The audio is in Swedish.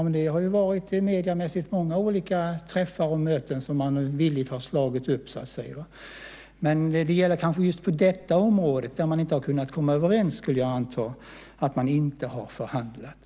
Men det har ju mediemässigt varit många olika träffar och möten som man villigt har slagit upp. Men jag skulle anta att det är just på detta område, där man inte har kunnat komma överens, som man inte har förhandlat.